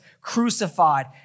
crucified